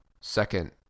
second